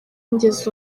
ngeze